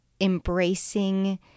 embracing